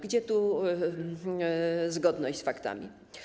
Gdzie tu zgodność z faktami?